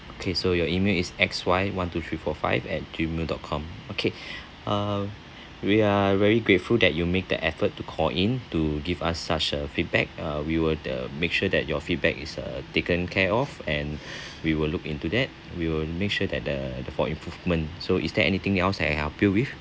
okay so your email is X Y one two three four five at gmail dot com okay uh we are very grateful that you make the effort to call in to give us such a feedback uh we will uh make sure that your feedback is uh taken care of and we will look into that we will make sure that the the for improvement so is there anything else I can help you with